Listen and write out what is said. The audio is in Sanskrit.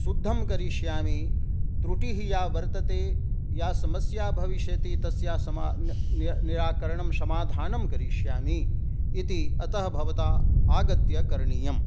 शुद्धं करिष्यामि त्रुटिः या वर्तते या समस्या भविष्यति तस्या निराकरणं समाधानं करिष्यामि इति अतः भवता आगत्य करणीयम्